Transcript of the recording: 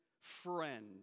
friend